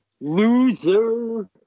Loser